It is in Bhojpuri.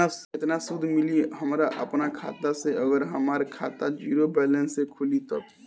केतना सूद मिली हमरा अपना खाता से अगर हमार खाता ज़ीरो बैलेंस से खुली तब?